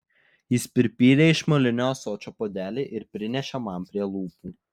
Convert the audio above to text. jis pripylė iš molinio ąsočio puodelį ir prinešė man prie lūpų